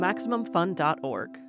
MaximumFun.org